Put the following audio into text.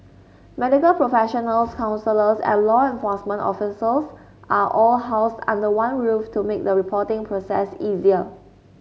medical professionals counsellors and law enforcement officials are all housed under one roof to make the reporting process easier